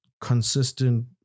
consistent